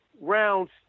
rounds